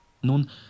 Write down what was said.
Nun